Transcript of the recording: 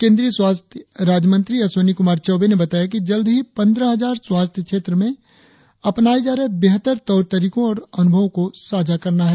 केंद्रीय स्वास्थ्य राज्यमंत्री अश्विनी कुमार चौबे ने बताया कि जल्द ही पंद्रह हजार स्वास्थ्य क्षेत्र में अपनाए जा रहे बेहतर तौर तरीकों और अनुभवों को साझा करना है